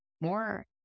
more